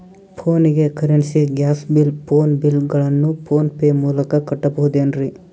ಫೋನಿಗೆ currency, gas bill, phone bill ಗಳನ್ನು PhonePe ಮೂಲಕ ಕಟ್ಟಬಹುದೇನ್ರಿ?